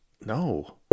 No